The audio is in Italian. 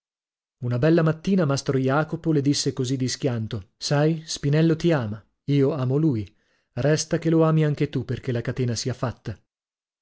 una bella mattina mastro jacopo le disse così di schianto sai spinello ti ama io amo lui resta che lo ami anche tu perchè la catena sia fatta